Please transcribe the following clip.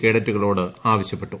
കേഡറ്റുകളോട് ആവശ്യപ്പെട്ടു